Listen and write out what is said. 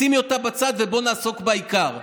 שימי אותה בצד ובואי נעסוק בעיקר.